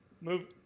Move